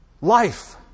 Life